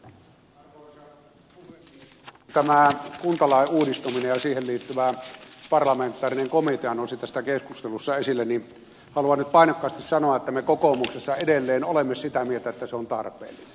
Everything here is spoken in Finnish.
kun tämä kuntalain uudistaminen ja siihen liittyvä parlamentaarinen komitea nousi tässä keskustelussa esille niin haluan nyt painokkaasti sanoa että me kokoomuksessa edelleen olemme sitä mieltä että se on tarpeellinen